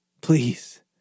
please